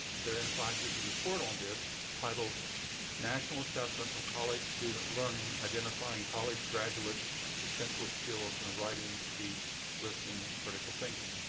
there in fact is a report on this titled national assessment of college student learning identifying college graduates' essential skills in writing, speech, listening and critical thinking.